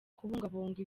kubungabunga